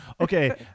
okay